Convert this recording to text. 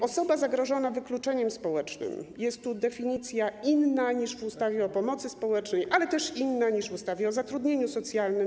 Osoba zagrożona wykluczeniem społecznym - jest tu definicja inna niż w ustawie o pomocy społecznej, ale też inna niż w ustawie o zatrudnieniu socjalnym.